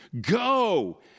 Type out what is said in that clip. Go